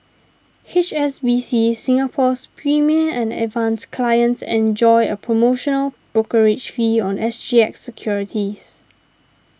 H S B C Singapore's Premier and Advance clients enjoy a promotional brokerage fee on S G X securities